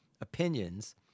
opinions